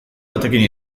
batekin